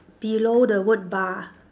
below the word bar